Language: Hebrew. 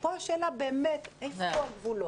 כאן השאלה באמת היכן הגבולות,